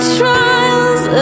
trials